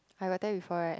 I attend before right